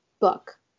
book